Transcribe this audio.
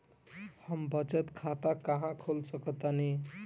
हम बचत खाता कहां खोल सकतानी?